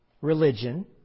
religion